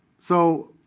so,